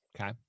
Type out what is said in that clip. Okay